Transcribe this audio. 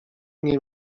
nie